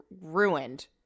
ruined